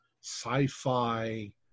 sci-fi